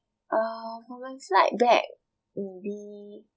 um for my flight back it'll be